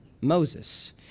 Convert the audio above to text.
Moses